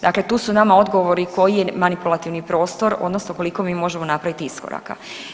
Dakle tu su nama odgovori koji je manipulativni prostor odnosno koliko mi možemo napraviti iskoraka.